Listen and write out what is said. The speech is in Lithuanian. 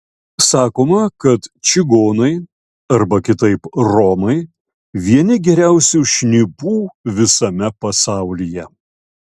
sakoma kad čigonai arba kitaip romai vieni geriausių šnipų visame pasaulyje